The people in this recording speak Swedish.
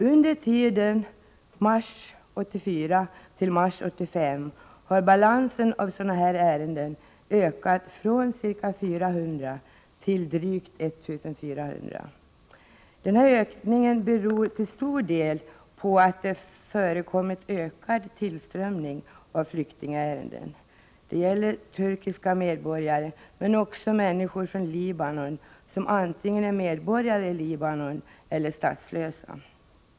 Under tiden mars 1984 till mars 1985 har balansen av sådana ärenden ökat från ca 400 till drygt 1 400. Denna ökning beror till stor del på att det förekommit en ökad tillströmning av flyktingärenden. Det gäller turkiska medborgare men också människor från Libanon, som 31 antingen är medborgare i Libanon eller statslösa.